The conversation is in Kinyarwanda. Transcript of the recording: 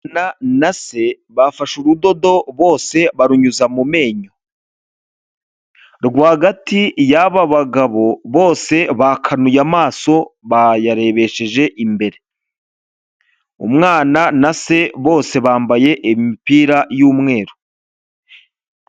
Umwana na se bafashe urudodo bose barunyuza mu menyo, rwagati y'aba bagabo bose bakanuye amaso bayarebesheje imbere, umwana na se bose bambaye imipira y'umweru.